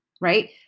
right